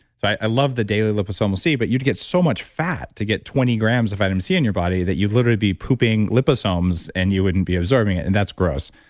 so i love the daily liposomal c, but you'd get so much fat to get twenty grams of vitamin c in your body that you'll literally be pooping liposomes and you wouldn't be absorbing it. and that's gross.